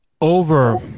Over